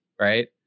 right